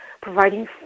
providing